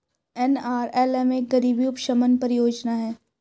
NRLM एक गरीबी उपशमन परियोजना है